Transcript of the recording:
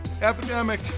epidemic